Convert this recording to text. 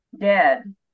dead